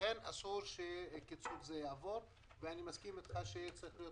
לכן אסור שהקיצוץ הזה יעבור ואני מסכים איתך שזה צריך להיות